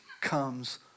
comes